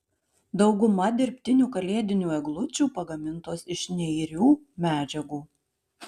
dauguma dirbtinių kalėdinių eglučių pagamintos iš neirių medžiagų